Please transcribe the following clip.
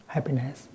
Happiness